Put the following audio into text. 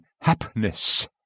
happiness